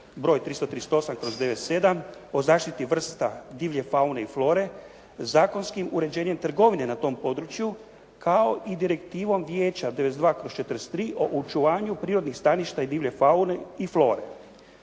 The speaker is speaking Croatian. broj 338/97 o zaštiti vrsta divlje faune i flore zakonskim uređenjem trgovine na tom području kao i Direktivom vijeća 92/43 o očuvanju prirodnih staništa i divlje faune i flore.